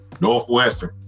Northwestern